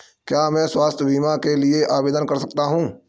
क्या मैं स्वास्थ्य बीमा के लिए आवेदन कर सकता हूँ?